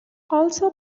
also